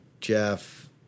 Jeff